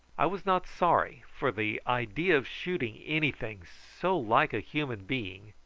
i was not sorry, for the idea of shooting anything so like a human being,